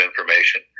information